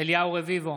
אליהו רביבו,